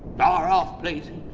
far off places.